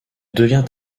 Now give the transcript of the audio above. devient